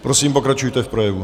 Prosím, pokračujte v projevu.